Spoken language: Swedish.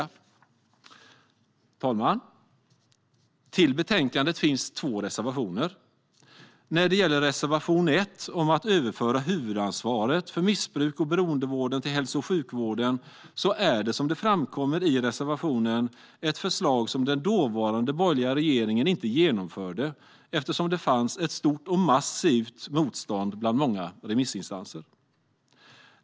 Fru talman! Till betänkandet finns två reservationer. När det gäller reservationen 1 om att överföra huvudansvaret för missbruks och beroendevården till hälso och sjukvården är det, som det framkommer i reservationen, ett förslag som den dåvarande borgerliga regeringen inte genomförde eftersom det fanns ett stort och massivt motstånd bland många remissinstanser.